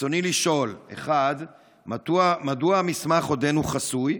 רצוני לשאול: 1. מדוע המסמך עודנו חסוי?